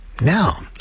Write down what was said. Now